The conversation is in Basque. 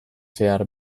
zehar